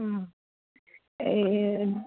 ও